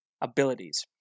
abilities